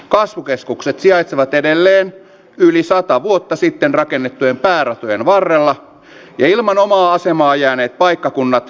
kasvukeskukset sijaitsevat edelleen yli sata vuotta sitten rakennettujen pääratojen varrella ja ilman omaa asemaa jääneet paikkakunnat taantuvat edelleen